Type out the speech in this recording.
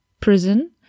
prison